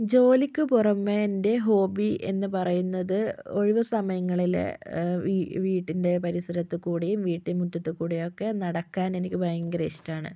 ജോലിക്ക് പുറമേ എൻ്റെ ഹോബി എന്ന് പറയുന്നത് ഒഴിവ് സമയങ്ങളിൽ വീ വീട്ടിൻ്റെ പരിസരത്ത് കൂടി വീട്ടു മുറ്റത്ത് കൂടിയൊക്കെ നടക്കാൻ എനിക്ക് ഭയങ്കര ഇഷ്ടമാണ്